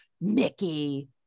Mickey